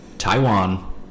Taiwan